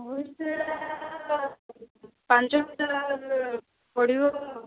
ପଇସା ପାଞ୍ଚ ହଜାର ପଡ଼ିବ